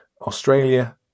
australia